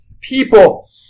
people